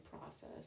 process